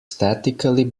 statically